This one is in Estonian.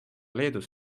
leedus